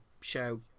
show